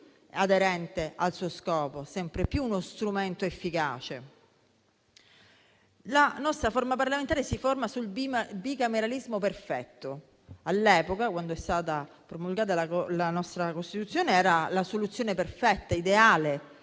aderente al suo scopo, sempre più uno strumento efficace. La nostra forma parlamentare si fonda sul bicameralismo perfetto. All'epoca, quando è stata promulgata la nostra Costituzione, era la soluzione perfetta, ideale